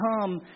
come